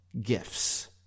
gifts